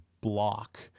Block